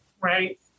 right